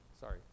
Sorry